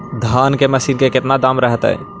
धान की मशीन के कितना दाम रहतय?